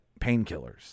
painkillers